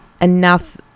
enough